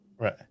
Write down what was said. right